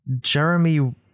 jeremy